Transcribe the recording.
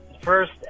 First